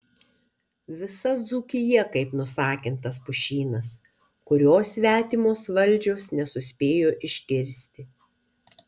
visa dzūkija kaip nusakintas pušynas kurio svetimos valdžios nesuspėjo iškirsti